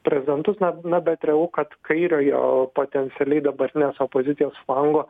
prezidentus na na bet realu kad kairiojo potencialiai dabartinės opozicijos flango